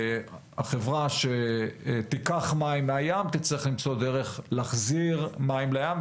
החברה שתיקח מים מהים תצטרך למצוא דרך להחזיר מים לים,